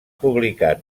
publicat